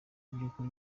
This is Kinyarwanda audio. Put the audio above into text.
byukuri